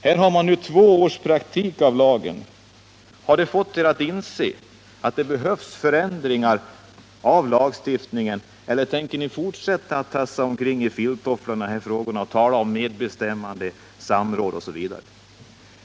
Har två års praktisk erfarenhet av lagen fått er att inse att det behövs avgörande förändringar av arbetsrättslagstiftningen eller tänker ni fortsätta att tassa omkring i filttofflorna i dessa frågor och tala om medbestämmande, samråd osv.?